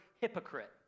hypocrite